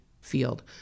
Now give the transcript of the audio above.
field